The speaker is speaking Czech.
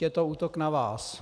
Je to útok na vás.